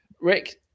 Rick